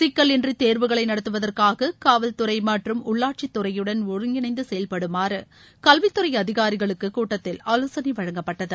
சிக்கல் இன்றி தேர்வுகளை நடத்துவதற்காக காவல்துறை மற்றும் உள்ளாட்சித்துறையுடன் ஒருங்கிணைந்து செயல்படுமாறு கல்வித்துறை அதிகாரிகளுக்கு கூட்டத்தில் ஆவோசனை வழங்கப்பட்டது